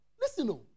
listen